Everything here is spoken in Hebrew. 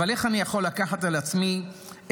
אבל איך אני יכול לקחת על עצמי את